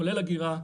כולל אגירה,